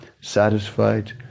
satisfied